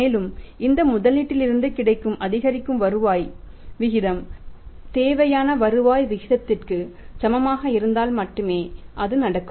மேலும் இந்த முதலீட்டிலிருந்து கிடைக்கும் அதிகரிக்கும் வருவாய் விகிதம் தேவையான வருவாய் விதத்திற்கு சமமாக இருந்தால் மட்டுமே அது நடக்கும்